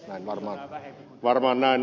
on varmaan näin ajateltu